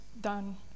done